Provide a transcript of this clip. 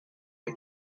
are